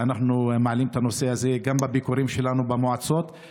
ואנחנו מעלים את הנושא הזה גם בביקורים שלנו במועצות,